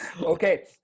Okay